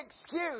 excuse